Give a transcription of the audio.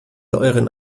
euren